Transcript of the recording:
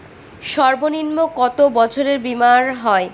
সর্বনিম্ন কত বছরের বীমার হয়?